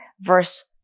verse